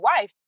wife